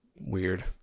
weird